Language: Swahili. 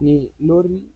Ni lori